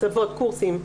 הסבות קורסים,